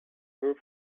group